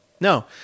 no